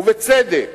ובצדק,